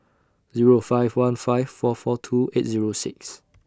Zero five one five four four two eight Zero six